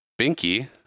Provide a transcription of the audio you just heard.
Binky